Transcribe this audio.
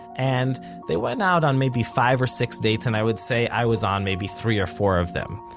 and they went out on maybe five or six dates and i would say i was on maybe three or four of them.